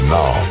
now